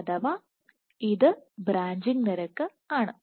അഥവാ ഇത് ബ്രാഞ്ചിംഗ് നിരക്ക് ആണ്